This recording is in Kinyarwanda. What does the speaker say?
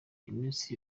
iminsi